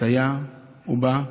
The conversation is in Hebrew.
הוא בא,